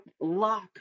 lock